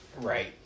right